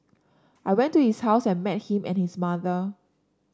I went to his house and met him and his mother